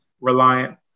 Reliance